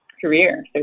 career